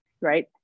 right